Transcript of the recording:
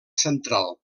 central